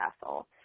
Castle